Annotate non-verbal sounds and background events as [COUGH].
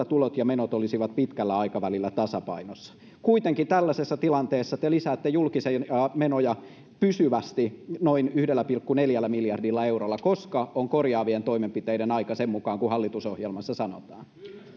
[UNINTELLIGIBLE] tulot ja menot olisivat pitkällä aikavälillä tasapainossa kuitenkin tällaisessa tilanteessa te lisäätte julkisia menoja pysyvästi noin yhdellä pilkku neljällä miljardilla eurolla koska on korjaavien toimenpiteiden aika sen mukaan kuin hallitusohjelmassa sanotaan arvoisa